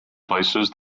places